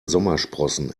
sommersprossen